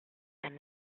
and